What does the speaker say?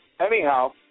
Anyhow